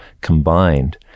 combined